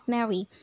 Mary